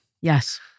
Yes